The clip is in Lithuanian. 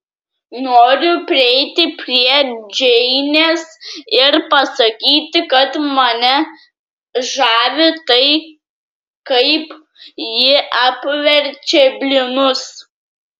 noriu prieiti prie džeinės ir pasakyti kad mane žavi tai kaip ji apverčia blynus